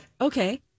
Okay